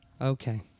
Okay